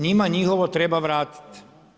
Njima njihovo treba vratiti.